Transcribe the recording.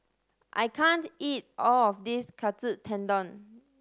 I can't eat all of this Katsu Tendon